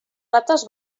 rates